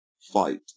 fight